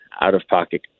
out-of-pocket